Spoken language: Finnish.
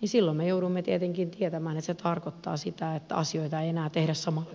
niin silloin me joudumme tietenkin tietämään että se tarkoittaa sitä että asioita ei enää tehdä samalla tavalla kuin ennen